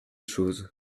chose